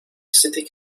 city